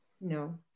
no